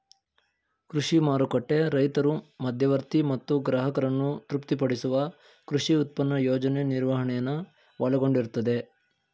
ಕೃಷಿ ಮಾರುಕಟ್ಟೆ ರೈತರು ಮಧ್ಯವರ್ತಿ ಮತ್ತು ಗ್ರಾಹಕರನ್ನು ತೃಪ್ತಿಪಡಿಸುವ ಕೃಷಿ ಉತ್ಪನ್ನ ಯೋಜನೆ ನಿರ್ವಹಣೆನ ಒಳಗೊಂಡಿರ್ತದೆ